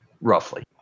roughly